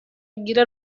گیر